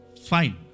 fine